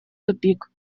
тупик